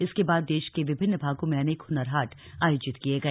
इसके बाद देश के विभिन्न भागों में अनेक हुनर हाट आयोजित किए गए